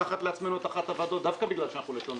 לא סתם ביקשתי לדבר פה דווקא בנושא של הצבעה